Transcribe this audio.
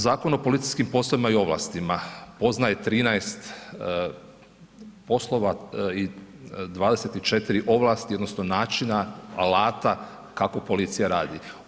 Zakon o policijskim poslovima i ovlastima poznaje 13 poslova i 24 ovlasti odnosno načina, alata kako policija radi.